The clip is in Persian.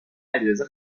علیرضا